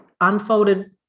unfolded